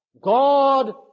God